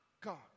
God